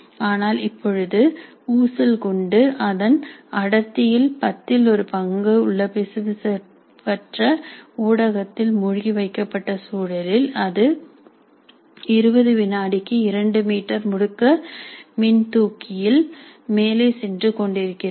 ஆனால் இப்பொழுது ஊசல் குண்டு அதன் அடர்த்தியில் பத்தில் ஒரு பங்கு உள்ள பிசுபிசுபற்ற ஊடகத்தில் மூழ்கி வைக்கப்பட்ட சூழலில் அது 20 வினாடிக்கு 2 மீட்டர் முடுக்க மின் தூக்கியில் மேலே சென்று கொண்டிருக்கிறது